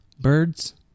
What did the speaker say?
Birds